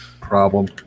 problem